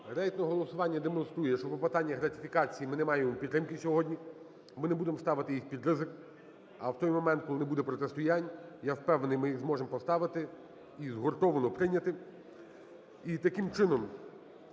Рейтингове голосування демонструє, що по питаннях ратифікації ми не маємо підтримки сьогодні. Ми не будемо ставити їх під ризик, а в той момент, коли не буде протистоянь, я впевнений, ми їх зможемо поставити і згуртовано прийняти.